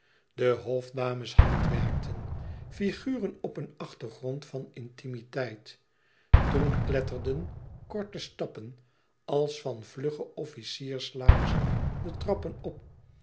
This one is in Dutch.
de hofdames handwerkten figuren op een achtergrond van intimiteit toen kletterden korte stappen als van vlugge officierslaarzen de trappen op